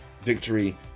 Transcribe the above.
victory